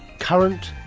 current,